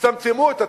צמצמו את התקציב,